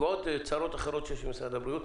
ועוד צרות אחרות שיש למשרד הבריאות.